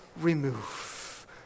remove